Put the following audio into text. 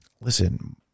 listen